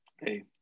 Hey